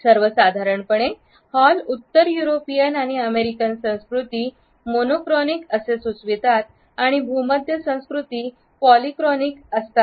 सर्वसाधारणपणे हॉल उत्तर युरोपियन आणि अमेरिकन संस्कृती मोनो क्रॉनिक असे सुचवितात आणि भूमध्य संस्कृती पॉलिक्रॉनिक असतात